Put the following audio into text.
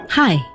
Hi